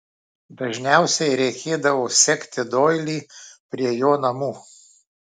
dažniausiai reikėdavo sekti doilį prie jo namų